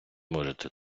можете